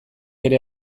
ere